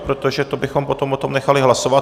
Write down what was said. Protože to bychom potom o tom nechali hlasovat.